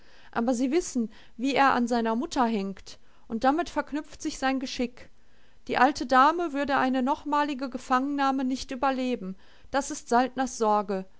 aber sie wissen wie er an seiner mutter hängt und damit verknüpft sich sein geschick die alte dame würde eine nochmalige gefangennahme nicht überleben das ist saltners sorge